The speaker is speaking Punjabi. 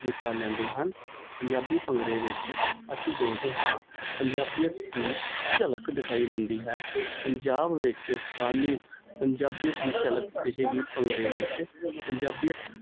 ਹਿੱਸਾ ਲੈਂਦੇ ਹਨ ਪੰਜਾਬੀ ਭੰਗੜੇ ਵਿੱਚ ਅਸੀਂ ਦੇਖਦੇ ਹਾਂ ਪੰਜਾਬੀਅਤ ਦੀ ਝਲਕ ਦਿਖਾਈ ਦਿੰਦੀ ਹੈ ਪੰਜਾਬ ਵਿੱਚ ਸਾਨੂੰ ਪੰਜਾਬੀਅਤ ਦੀ ਝਲਕ ਦਿਖੇਗੀ ਭੰਗੜੇ ਵਿੱਚ ਪੰਜਾਬੀਅਤ